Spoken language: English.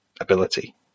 ability